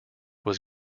was